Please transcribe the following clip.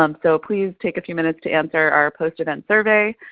um so please take a few minutes to answer our post event survey.